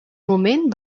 moment